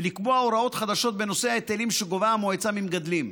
ולקבוע הוראות חדשות בנושא ההיטלים שגובה המועצה ממגדלים,